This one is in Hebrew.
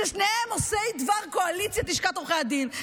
ששניהם עושה דבר קואליציית לשכת עורכי הדין?